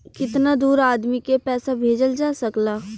कितना दूर आदमी के पैसा भेजल जा सकला?